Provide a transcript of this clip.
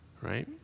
right